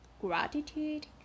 gratitude